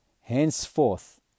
Henceforth